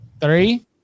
Three